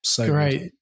Great